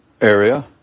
area